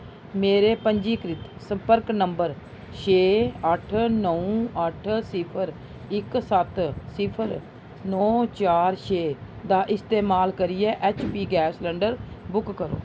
मेरे पंजीकृत संपर्क नंबर छे अट्ठ नौ अट्ठ सिफर इक सत्त सिफर नौ चार छे दा इस्तेमाल करियै H P gas cylinder book करो